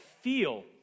feel